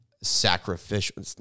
sacrificial